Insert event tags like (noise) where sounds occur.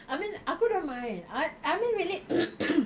I mean aku don't mind I I mean really (noise)